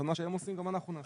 לכן מה שהם עושים גם אנחנו נעשה.